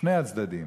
שני הצדדים,